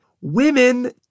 women